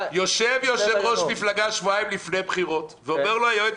יושב יושב-ראש מפלגה שבועיים לפני הבחירות ואומר לו היועץ